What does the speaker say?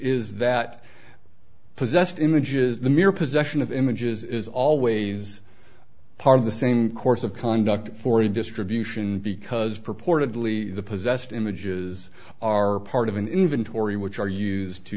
is that possessed images the mere possession of images is always part of the same course of conduct for a distribution because purportedly the possessed images are part of an inventory which are used to